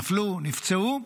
נפלו, נפצעו,